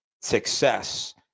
success